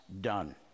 done